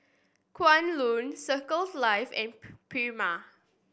Kwan Loong Circle Life and Prima